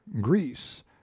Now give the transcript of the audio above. greece